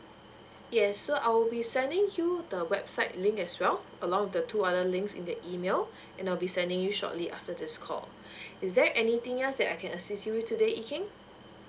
yes so I'll be sending you the website link as well along the two other links in the email and I'll be sending you shortly after this call is there anything else that I can assist you with today yee keng